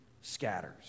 scatters